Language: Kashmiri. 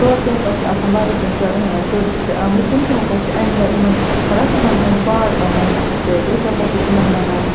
تورٕ تہِ ہسا چھِ آسان واریاہ کیٚنہہ ٹیوٗرِسٹ آمٕتۍ تِم تہِ ہسا چھِ اَمہِ دۄہ یِمَن رَسمَن ہٕنٛدۍ پارٹ بنان اَسہِ سۭتۍ أسۍ ہسا چھٕ تِمَن وَنان